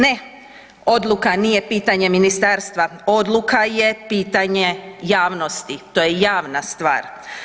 Ne, odluka nije pitanje ministarstva, odluka je pitanje javnosti, to je javna stvar.